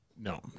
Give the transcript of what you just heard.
No